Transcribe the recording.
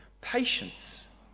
patience